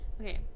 Okay